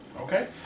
Okay